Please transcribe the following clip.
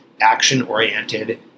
action-oriented